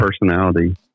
personality